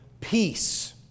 peace